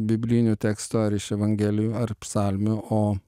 biblinių tekstų ar iš evangelijų ar psalmių o